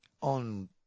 On